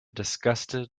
disgusted